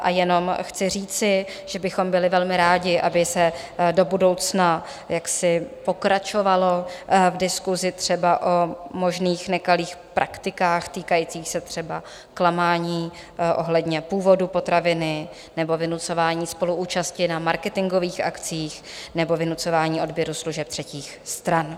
A jenom chci říci, že bychom byli velmi rádi, aby se do budoucna pokračovalo v diskusi, třeba o možných nekalých praktikách týkajících se třeba klamání ohledně původu potraviny nebo vynucování spoluúčasti na marketingových akcích nebo vynucování odběru služeb třetích stran.